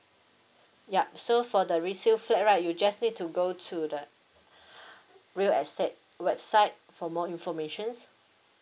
yup so for the resale flat right you just need to go to the real estate website for more informations